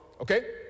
Okay